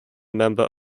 member